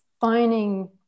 finding